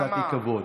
שקט במליאה,